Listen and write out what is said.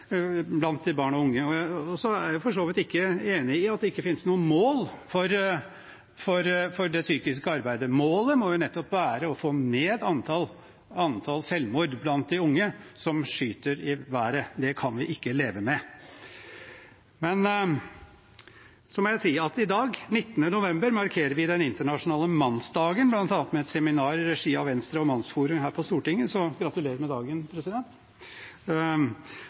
er for så vidt ikke enig i at det ikke finnes noe mål for det psykiske arbeidet, målet må nettopp være å få ned antallet selvmord blant de unge, som skyter i været. Det kan vi ikke leve med. Så må jeg si at i dag, 19. november, markerer vi den internasjonale mannsdagen her på Stortinget, bl.a. med et seminar i regi av Venstre og Mannsforum – så gratulerer med dagen, president.